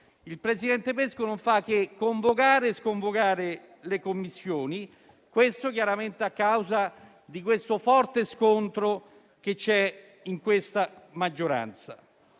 Il presidente Pesco non fa che convocare e sconvocare la Commissione, chiaramente a causa di un forte scontro all'interno della maggioranza.